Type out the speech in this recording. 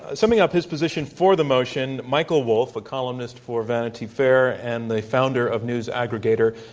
summing up his position, for the motion, michael wolff, a columnist for vanity fair and the founder of news aggregator,